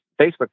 Facebook